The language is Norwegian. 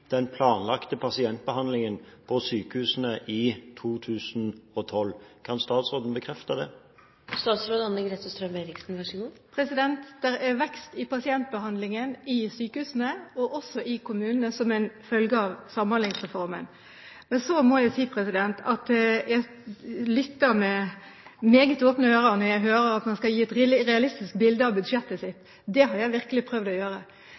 den planlagte pasientbehandlingen på sykehusene i 2012. Kan statsråden bekrefte det? Det er vekst i pasientbehandlingen i sykehusene og også i kommunene som en følge av Samhandlingsreformen. Jeg lytter med meget åpne ører når jeg hører at man skal gi et realistisk bilde av budsjettet sitt. Det har jeg virkelig prøvd å gjøre,